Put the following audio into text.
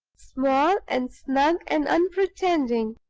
small and snug and unpretending.